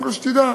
קודם כול, שתדע.